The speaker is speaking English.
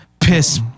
piss